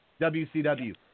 WCW